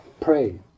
pray